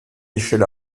michel